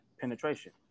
penetration